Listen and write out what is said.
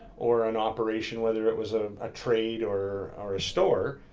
or an operation, whether it was a ah trade or or a store,